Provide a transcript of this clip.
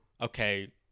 okay